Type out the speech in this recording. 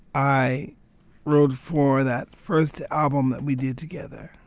i wrote for that first album that we did together.